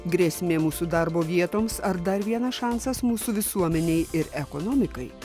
grėsmė mūsų darbo vietoms ar dar vienas šansas mūsų visuomenei ir ekonomikai